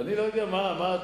אני לא יודע מה הטעם,